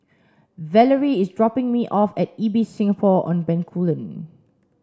Valorie is dropping me off at Ibis Singapore on Bencoolen